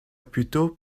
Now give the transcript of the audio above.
puteaux